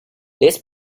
this